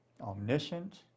omniscient